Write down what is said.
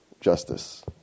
justice